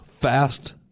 Fast